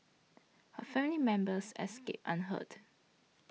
her family members escaped unhurt